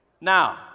now